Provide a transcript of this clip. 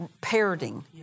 parroting